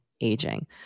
aging